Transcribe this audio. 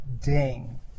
ding